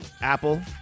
Apple